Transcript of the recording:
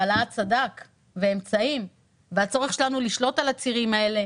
בהעלאת סד"כ ואמצעים והצורך שלנו לשלוט על הצירים האלה,